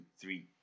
three